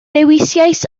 dewisais